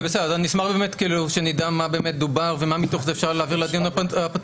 אני אשמח שנדע מה דובר ומה מתוך זה אפשר להעביר לדיון הפתוח,